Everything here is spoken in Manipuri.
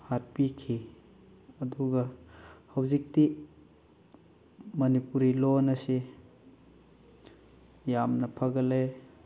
ꯍꯥꯠꯄꯤꯈꯤ ꯑꯗꯨꯒ ꯍꯧꯖꯤꯛꯇꯤ ꯃꯅꯤꯄꯨꯔꯤ ꯂꯣꯜ ꯑꯁꯤ ꯌꯥꯝꯅ ꯐꯥꯒꯠꯂꯦ